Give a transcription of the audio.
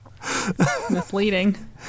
Misleading